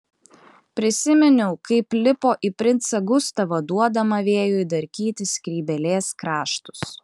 prisiminiau kaip lipo į princą gustavą duodama vėjui darkyti skrybėlės kraštus